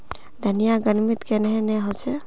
धनिया गर्मित कन्हे ने होचे?